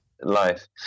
life